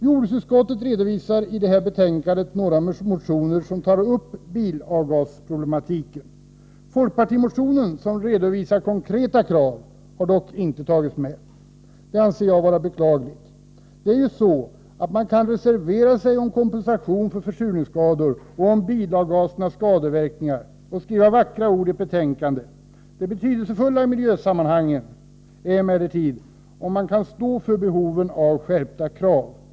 Jordbruksutskottet redovisar i detta betänkande några motioner som tar upp bilavgasproblematiken. Folkpartimotionen, som redovisar konkreta krav, har dock inte tagits med. Detta anser jag vara beklagligt. Det är ju så, att man kan reservera sig i fråga om kompensation för försurningsskador och i fråga om bilavgasernas skadeverkningar och skriva vackra ord i ett betänkande. Det betydelsefulla i miljösammanhangen är emellertid om man kan stå för sin uppfattning när det gäller behovet av skärpta krav.